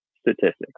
statistics